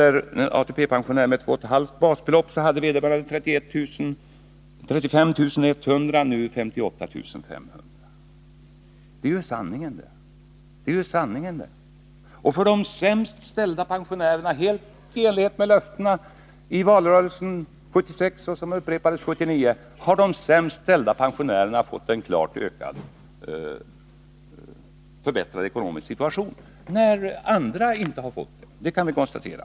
En ATP-pensionär med 2,5 basbelopp hade då 35 100 kr. och har nu 58 500 kr. Detta är sanningen! Och helt i enlighet med löftena i valrörelsen 1976, löften som upprepades 1979, har de sämst ställda pensionärerna fått en klart förbättrad ekonomisk situation — och detta när andra inte har fått det. Detta kan vi konstatera.